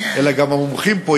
אלא גם המומחים פה,